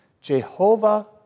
Jehovah